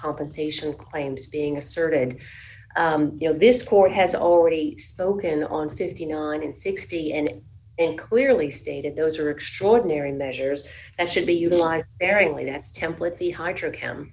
compensation claims being asserted and you know this court has already spoken on fifty nine and sixty and clearly stated those are extraordinary measures and should be utilized varyingly that's template the hydra c